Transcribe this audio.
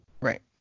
Right